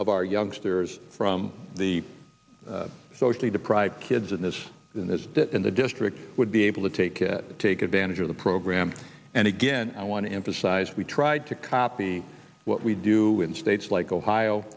of our youngsters from the socially to kids in this in this that in the district would be able to take it take advantage of the program and again i want to emphasize we tried to copy what we do in states like ohio